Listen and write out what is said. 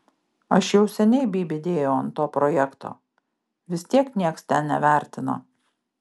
aš jau seniai bybį dėjau ant to projekto vis tiek nieks ten nevertina